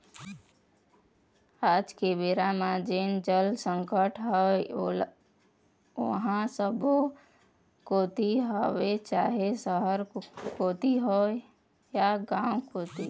आज के बेरा म जेन जल संकट हवय ओहा सब्बो कोती हवय चाहे सहर कोती होय या गाँव कोती